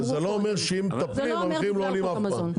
זה לא אומר שאם מטפלים המחירים לא עולים אף פעם,